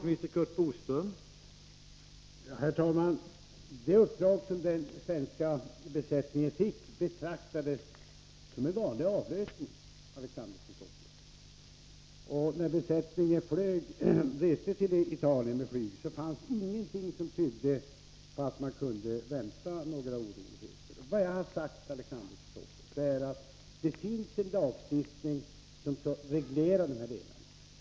Herr talman! Det uppdrag som den svenska besättningen fick betraktades som en vanlig avlösning, Alexander Chrisopoulos! När besättningen reste till Italien med flyg fanns ingenting som tydde på att man kunde vänta några oroligheter. Vad jag har sagt är, Alexander Chrisopoulos, att det finns en lagstiftning som reglerar det här.